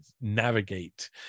navigate